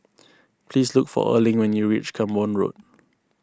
please look for Erling when you reach Camborne Road